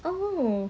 oh